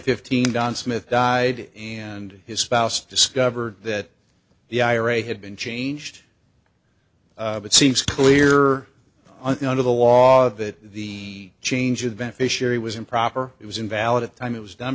fifteen don smith died and his spouse discovered that the ira had been changed it seems clear under the law that the change of beneficiary was improper it was invalid at the time it was done